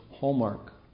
hallmark